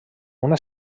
una